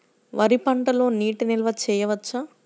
వరి పంటలో నీటి నిల్వ చేయవచ్చా?